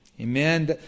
Amen